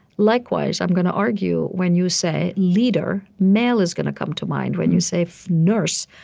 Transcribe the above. likewise, i'm going to argue when you say leader, male is going to come to mind. when you say nurse,